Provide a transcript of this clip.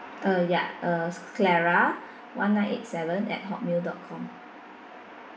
uh ya uh clara one nine eight seven at hotmail dot com